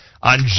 on